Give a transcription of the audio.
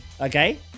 okay